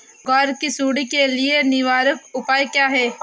ग्वार की सुंडी के लिए निवारक उपाय क्या है?